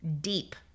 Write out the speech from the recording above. deep